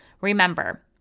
Remember